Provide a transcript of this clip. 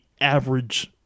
average